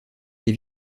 les